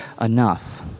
enough